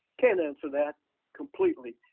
can't answer that completely,